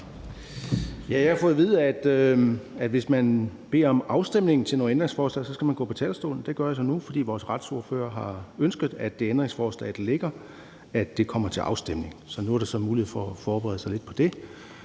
Jeg har fået at vide, at hvis man beder om afstemning af ændringsforslag, skal man gå på talerstolen. Det gør jeg så nu, fordi vores retsordfører har ønsket, at det ændringsforslag, der ligger, kommer til afstemning. Så nu er der mulighed for at forberede sig lidt på det.